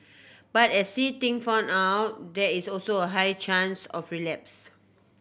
but as See Ting found out there is also a high chance of relapse